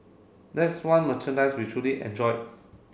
that's one merchandise we truly enjoyed